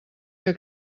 que